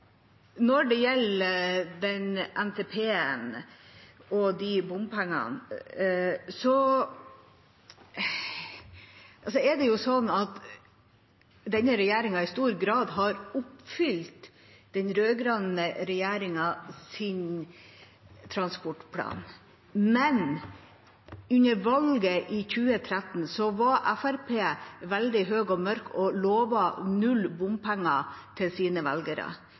Når det gjelder NTP-en og bompengene, har denne regjeringa i stor grad oppfylt den rød-grønne regjeringas transportplan, men under valget i 2013 var Fremskrittspartiet veldig høy og mørk og lovet null bompenger til sine velgere.